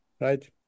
right